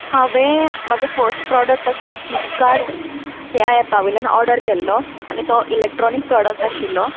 हांवें म्हजो first product आसा तो फ्लिपकार्ट ह्या एपा वयल्यान ऑर्डर केल्लो आनी तो इलॅक्ट्रोनीक प्रॉडक्ट आशिल्लो